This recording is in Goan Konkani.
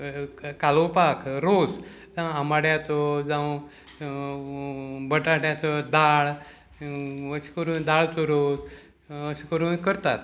कालोवपाक रोस जावं आमाड्याचो जावं बटाट्याचो दाळ अशें करून दाळचो रोस अशें करून करतात